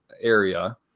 area